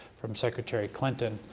from secretary clinton,